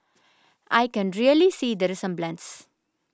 I can really see the resemblance